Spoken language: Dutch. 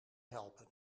helpen